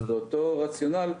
באותו רציונל,